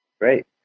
Great